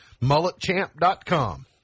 Mulletchamp.com